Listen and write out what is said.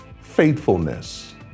faithfulness